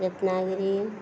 Ratnagiri